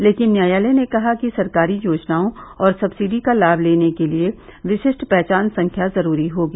लेकिन न्यायालय ने कहा कि सरकारी योजनाओं और सब्सिडी का लाभ लेने के लिए विशिष्ट पहचान संख्या जरूरी होगी